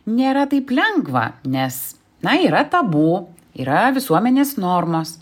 nėra taip lengva nes na yra tabu yra visuomenės normos